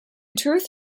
truth